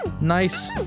nice